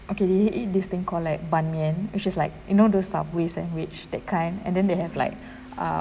okay we eat this thing called like bahn mi which is like you know those subway sandwich that kind and then they have like uh